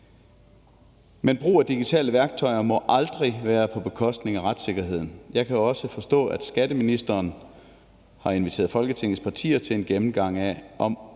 Men brug af digitale værktøjer må aldrig være på bekostning af retssikkerheden. Jeg kan også forstå, at skatteministeren har inviteret Folketingets partier til en gennemgang af,